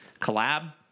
collab